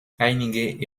einige